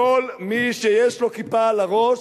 כל מי שיש לו כיפה על הראש,